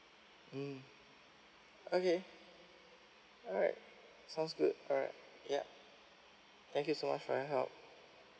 mm okay alright sounds good alright yup thank you so much for your help